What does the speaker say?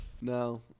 No